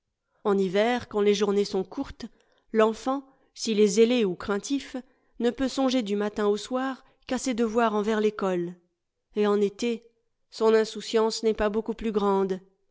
en hiver quand les journées sont courtes l'enfant s'il est zélé ou craintif ne peut songer du matin au soir qu'à ses devoirs envers l'ecole et en été son insouciance n'est pas beaucoup plus grande